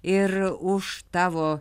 ir už tavo